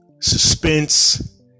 suspense